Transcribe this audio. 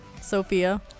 Sophia